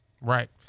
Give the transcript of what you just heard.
Right